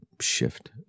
shift